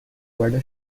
guarda